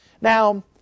Now